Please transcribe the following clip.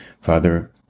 Father